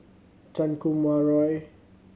Chan Kum Wah Roy